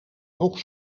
nog